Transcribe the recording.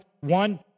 One